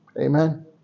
Amen